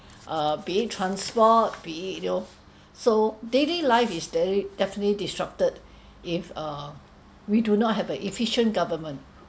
uh be it transport be it you know so daily life is de~ definitely disrupted if uh we do not have a efficient government